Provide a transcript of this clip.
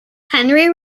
henry